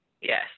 Yes